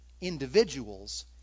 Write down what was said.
individuals